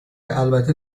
البته